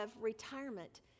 retirement